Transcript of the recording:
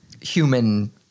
human